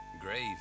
Grave